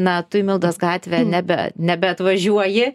na tu į mildos gatvę nebe nebeatvažiuoji